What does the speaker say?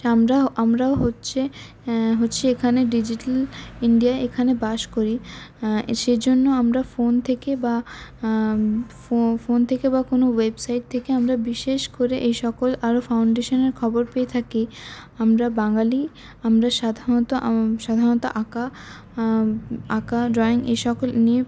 আমরাও আমরাও হচ্ছে হচ্ছে এখানে ডিজিটাল ইন্ডিয়ায় এখানে বাস করি সে জন্য আমরা ফোন থেকে বা ফোন থেকে বা কোনো ওয়েবসাইট থেকে আমরা বিশেষ করে এই সকল আরও ফাউন্ডেশনের খবর পেয়ে থাকি আমরা বাঙালি আমরা সাধারণত সাধারণত আঁকা আঁকা ড্রয়িং এই সকল নিয়ে